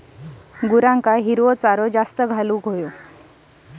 जनावरांना हिरवा चारा जास्त घालावा का?